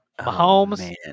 Mahomes